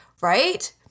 right